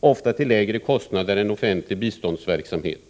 ofta till lägre kostnader än offentlig biståndsverksamhet.